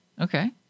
okay